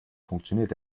funktioniert